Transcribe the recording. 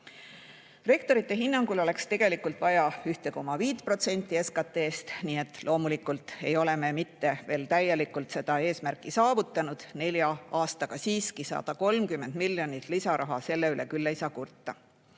Rektorite hinnangul oleks tegelikult vaja 1,5% SKT-st, nii et loomulikult ei ole me veel täielikult seda eesmärki saavutanud. Aga nelja aastaga siiski 130 miljonit [eurot] lisaraha, selle üle küll ei saa kurta.